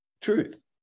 Truth